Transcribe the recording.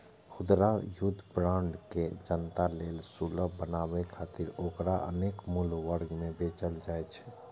खुदरा युद्ध बांड के जनता लेल सुलभ बनाबै खातिर ओकरा अनेक मूल्य वर्ग मे बेचल जाइ छै